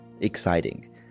Exciting